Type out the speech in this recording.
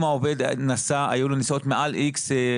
אם לעובד היו נסיעות מעל איקס שקלים,